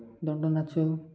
ଦଣ୍ଡ ନାଚ